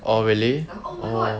oh really oh